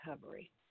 recovery